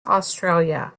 australia